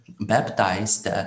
baptized